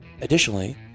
Additionally